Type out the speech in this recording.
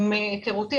מהיכרותי,